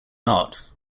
not